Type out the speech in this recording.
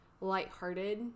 lighthearted